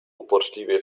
uporczywie